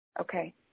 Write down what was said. Okay